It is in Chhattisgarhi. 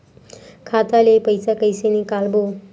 खाता ले पईसा कइसे निकालबो?